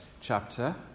chapter